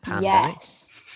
yes